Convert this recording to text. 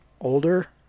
older